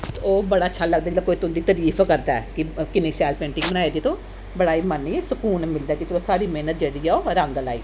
ते ओह् बड़ा अच्छा लगदा जिल्लै कोई तुं'दी तरीफ करदा ऐ कि किन्नी शैल पेंटिंग बनाई दी ऐ तूं बड़ा गै मन गी सकून मिलदा कि चलो साढ़ी मेह्नत जेह्ड़ी ऐ रंग लाई